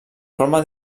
forma